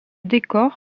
décor